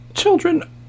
Children